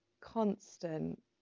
constant